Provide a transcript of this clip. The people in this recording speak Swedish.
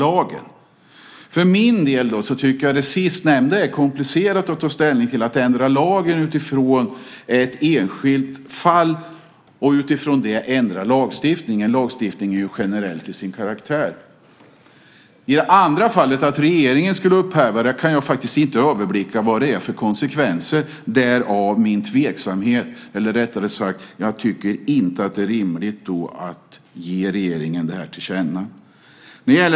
Jag anser att det sistnämnda är svårt att ta ställning till, alltså att utifrån ett enskilt fall ändra på lagstiftningen. Lagstiftningen är generell till sin karaktär. Vad gäller det andra alternativet, att regeringen upphäver sekretessen, kan jag inte överblicka konsekvenserna av det - därav min tveksamhet. Jag tycker inte att det är rimligt att ge detta regeringen till känna.